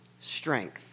strength